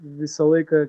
visą laiką